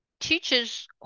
teachers